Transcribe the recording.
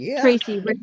Tracy